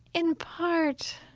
in part.